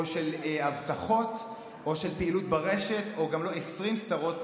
של הבטחות או של פעילות ברשת וגם לא 20 שרות פרופגנדה.